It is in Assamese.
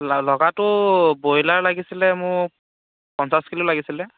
লগাতো ব্ৰইলাৰ লাগিছিলে মোক পঞ্চাছ কিলো লাগিছিলে